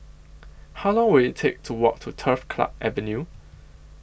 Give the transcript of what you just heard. How Long Will IT Take to Walk to Turf Club Avenue